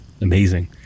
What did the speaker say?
Amazing